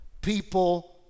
people